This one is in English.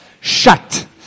shut